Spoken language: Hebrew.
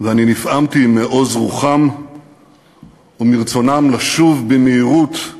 ואני נפעמתי מעוז רוחם ומרצונם לשוב במהירות אל